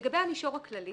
לגבי המישור הכללי